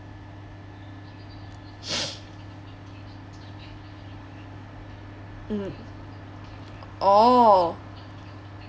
mm orh